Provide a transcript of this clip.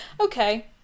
okay